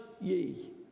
ye